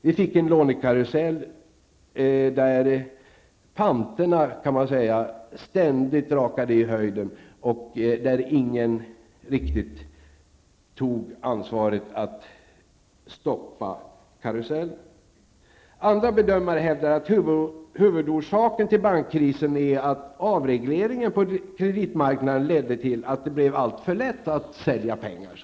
Vi fick en lånekarusell där panterna ständigt rakade i höjden och där ingen riktigt tog ansvaret för att stoppa karusellen. Andra bedömare hävdar att huvudorsaken till bankkrisen är att avregleringen på kreditmarknaden ledde till att det blev alltför lätt att sälja pengar.